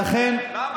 לאזן את המדינה.